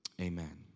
amen